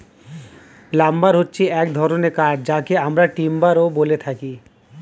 lumber হচ্ছে এক ধরনের কাঠ যেটাকে আমরা টিম্বারও বলে থাকি